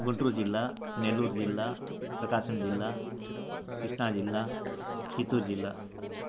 గుంటూరు జిల్లా నెల్లూరు జిల్లా ప్రకాశం జిల్లా కృష్ణా జిల్లా చిత్తూరు జిల్లా